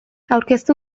aurkeztu